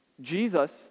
Jesus